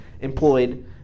employed